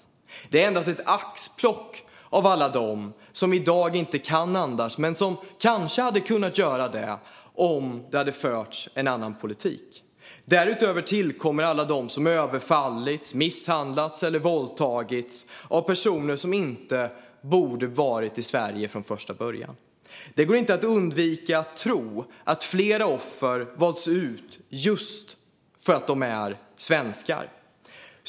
Detta är endast ett axplock av alla dem som i dag inte kan andas men som kanske hade kunnat göra det om det hade förts en annan politik. Därutöver tillkommer alla de som överfallits, misshandlats eller våldtagits av personer som inte borde ha varit i Sverige från första början. Det går inte att undvika att tro att flera av offren valts ut just för att de är svenskar.